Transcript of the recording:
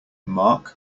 marc